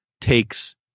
takes